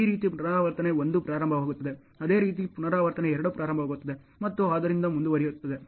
ಈ ರೀತಿ ಪುನರಾವರ್ತನೆ 1 ಪ್ರಾರಂಭವಾಗುತ್ತದೆ ಅದೇ ರೀತಿಯಲ್ಲಿ ಪುನರಾವರ್ತನೆ 2 ಪ್ರಾರಂಭವಾಗುತ್ತದೆ ಮತ್ತು ಆದ್ದರಿಂದ ಮುಂದುವರೆಯುತ್ತದೆ